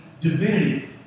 divinity